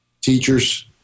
teachers